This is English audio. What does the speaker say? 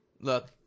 look